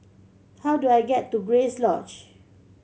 how do I get to Grace Lodge